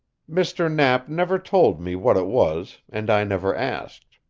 mr. knapp never told me what it was and i never asked.